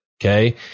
Okay